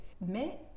mais